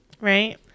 right